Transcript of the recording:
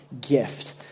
gift